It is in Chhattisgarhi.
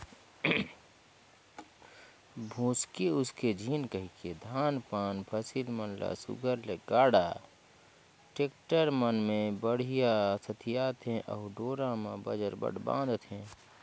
भोसके उसके झिन कहिके धान पान फसिल मन ल सुग्घर ले गाड़ा, टेक्टर मन मे बड़िहा सथियाथे अउ डोरा मे बजरबट बांधथे